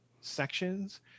sections